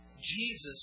Jesus